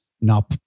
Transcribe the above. Now